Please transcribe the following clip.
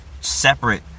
separate